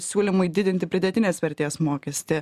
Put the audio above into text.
siūlymui didinti pridėtinės vertės mokestį